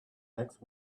next